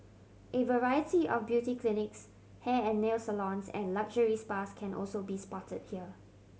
a variety of beauty clinics hair and nail salons and luxury spas can also be spotted here